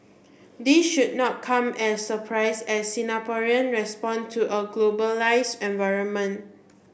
this should not come as surprise as Singaporean respond to a globalise environment